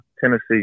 Tennessee